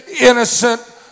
innocent